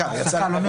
נעולה.